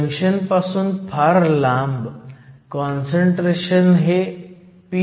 junction पासून फार लांब काँसंट्रेशन हे pno आहे